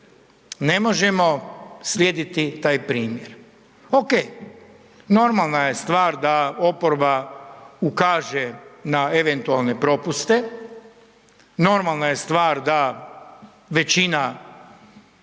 ne možemo slijediti taj primjer? Okej, normalna je stvar da oporba ukaže na eventualne propuste, normalna je stvar da većina